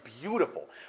beautiful